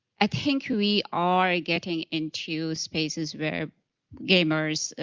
i think we are getting into spaces where gamers,